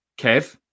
Kev